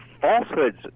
falsehoods